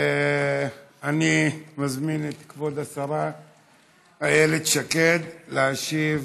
אני מזמן את כבוד השרה איילת שקד להשיב